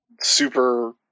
super